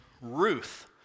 Ruth